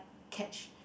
catch